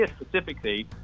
specifically